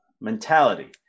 mentality